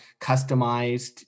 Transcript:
customized